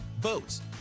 boats